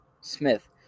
Smith